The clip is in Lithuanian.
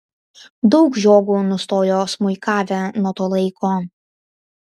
daug žiogų nustojo smuikavę nuo to laiko